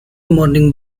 morning